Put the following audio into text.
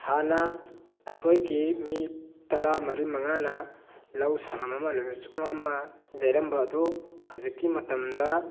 ꯍꯥꯟꯅ ꯑꯩꯈꯣꯏꯒꯤ ꯃꯤ ꯇꯔꯥ ꯃꯔꯤ ꯃꯉꯥꯅ ꯂꯧ ꯁꯪꯒꯝ ꯑꯃ ꯅꯨꯃꯤꯠꯆꯨꯞꯄ ꯑꯃ ꯌꯩꯔꯝꯕ ꯑꯗꯨ ꯍꯧꯖꯤꯛꯀꯤ ꯃꯇꯝꯗ